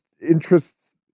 interests